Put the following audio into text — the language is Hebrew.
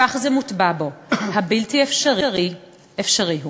וכך זה מוטבע בו: הבלתי-אפשרי אפשרי הוא.